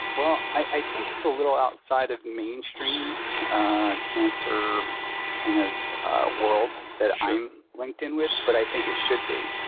well, i think it's a little outside of mainstream cancer kind of world that i'm linked in with, but i think it should be.